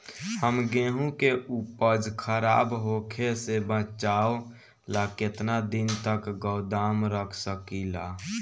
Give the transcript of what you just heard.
हम गेहूं के उपज खराब होखे से बचाव ला केतना दिन तक गोदाम रख सकी ला?